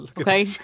Okay